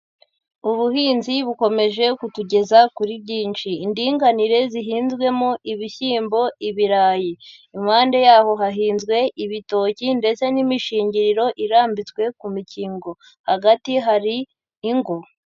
Ubuhinzi bukomeje kutugeza kuri byinshi, indinganire zihinzwemo ibishyimbo, ibirayi. Impande yaho hahinzwe ibitoki ndetse n'imishingiriro irambitswe ku mikingo, hagati hari ingo.